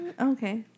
okay